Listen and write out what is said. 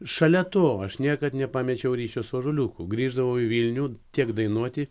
šalia to aš niekad nepamečiau ryšio su ąžuoliuku grįždavau į vilnių tiek dainuoti